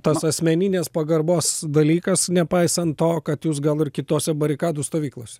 tas asmeninės pagarbos dalykas nepaisant to kad jūs gal ir kitose barikadų stovyklose